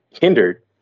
hindered